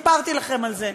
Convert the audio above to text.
סיפרתי לכם על זה.